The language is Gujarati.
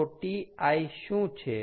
તો Ti શું છે